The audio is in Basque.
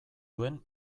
duen